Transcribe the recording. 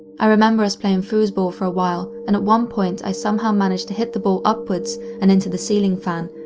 i remember us playing foosball for a while, and at one point i somehow managed to hit the ball upwards and into the ceiling fan,